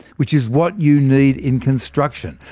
which is what you need in construction.